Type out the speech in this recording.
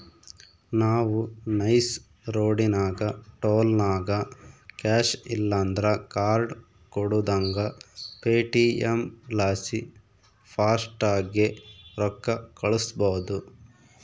ನಾವು ನೈಸ್ ರೋಡಿನಾಗ ಟೋಲ್ನಾಗ ಕ್ಯಾಶ್ ಇಲ್ಲಂದ್ರ ಕಾರ್ಡ್ ಕೊಡುದಂಗ ಪೇಟಿಎಂ ಲಾಸಿ ಫಾಸ್ಟಾಗ್ಗೆ ರೊಕ್ಕ ಕಳ್ಸ್ಬಹುದು